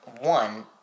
one